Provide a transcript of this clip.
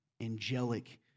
angelic